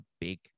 big